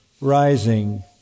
rising